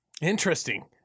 Interesting